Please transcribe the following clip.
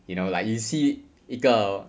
you know like you see 一个